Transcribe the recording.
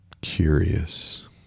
curious